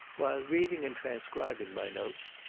while reading and transcribing my notes,